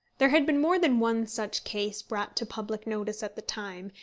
there had been more than one such case brought to public notice at the time,